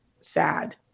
sad